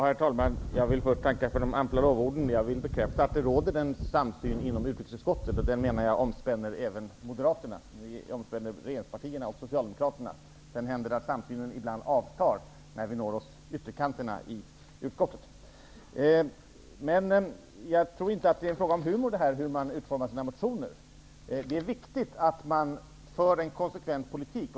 Herr talman! Jag vill först tacka för de ampla lovorden. Jag vill bekräfta att det råder en samsyn inom utrikesutskottet. Den omspänner även Moderaterna. Den omspänner regeringspartierna och Socialdemokraterna. Sedan händer det ibland att samsynen avtar när vi närmar oss ytterkanterna i utskottet. Jag tror inte att det är en fråga om humor hur man utformar sina motioner. Det är viktigt att man för en konsekvent politik.